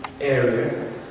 area